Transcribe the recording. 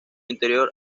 interior